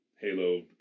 Halo